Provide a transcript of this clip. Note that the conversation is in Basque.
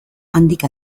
handik